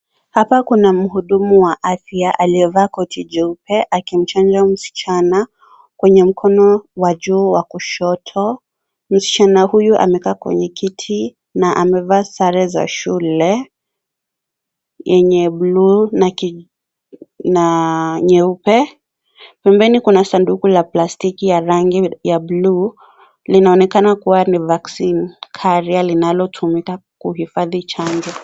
Hapa kuna mhudumu wa afya aiyevaa koti jeupa akimchanja msichana kwenye mkono wa juu wa kushoto. Msichana huyu amekaa kwenye kiti na amevaa sare za shule yenye bluu na nyeupe. Pembeni kuna sanduku la plastiki ya rangi ya bluu linaonekana kuwa ni vaccine carrier linalotumika kuhifadhi chanjo.